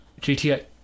GTA